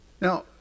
Now